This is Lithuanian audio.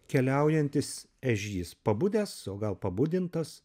keliaujantis ežys pabudęs o gal pabudintas